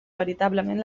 veritablement